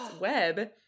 web